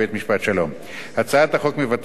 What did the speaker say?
הצעת החוק מבטלת את אי-תחולתו של הסעיף